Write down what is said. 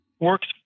works